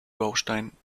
baustein